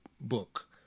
book